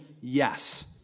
yes